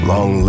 Long